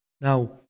Now